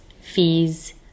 fees